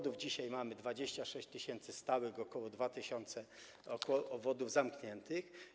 Dzisiaj mamy 26 tys. stałych obwodów i ok. 2 tys. obwodów zamkniętych.